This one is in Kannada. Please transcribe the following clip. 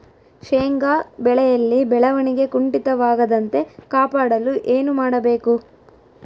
ಶೇಂಗಾ ಬೆಳೆಯಲ್ಲಿ ಬೆಳವಣಿಗೆ ಕುಂಠಿತವಾಗದಂತೆ ಕಾಪಾಡಲು ಏನು ಮಾಡಬೇಕು?